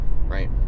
Right